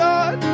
God